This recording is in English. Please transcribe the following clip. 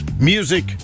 Music